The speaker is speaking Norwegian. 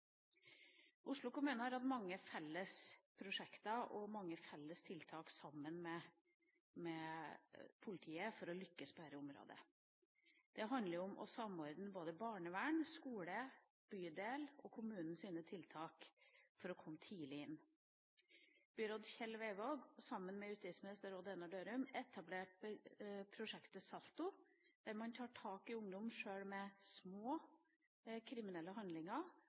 Oslo kommune har hatt mange felles prosjekter og mange felles tiltak sammen med politiet for å lykkes på dette området. Det handler om å samordne både barnevern, skole, bydel og kommunens tiltak for å komme tidlig inn. Byråd Kjell Veivåg etablerte sammen med justisminister Odd Einar Dørum prosjektet SaLTo, der man tar tak i ungdom med sjøl små kriminelle handlinger